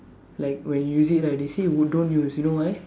like when you use it right they say w~ don't use you know why